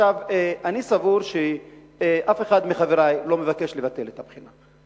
אני סבור שאף אחד מחברי לא מבקש לבטל את הבחינה,